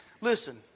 Listen